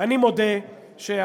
אני מודה שאתם,